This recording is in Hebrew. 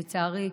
ולצערי,